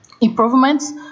improvements